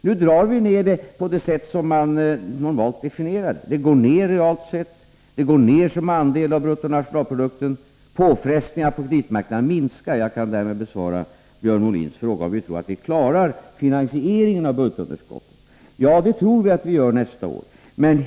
Nu drar vi ned budgetunderskottet på det sätt som man normalt definierar det: det minskar realt sett och det minskar som andel av bruttonationalprodukten. Och påfrestningarna på kreditmarknaden minskar. Jag kan därmed besvara Björn Molins fråga om huruvida vi tror att vi klarar finansieringen. Ja, det tror vi att vi gör nästa år.